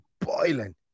boiling